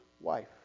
wife